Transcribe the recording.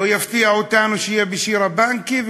ולא יפתיע אותנו כשזו תהיה שירה בנקי,